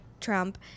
Trump